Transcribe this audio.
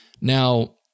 Now